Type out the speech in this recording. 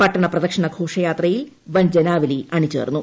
പട്ടണ പ്രദക്ഷിണ ഘോഷയാത്രയിൽ വൻ ജനാവലി അണിചേർന്നു